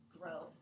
growth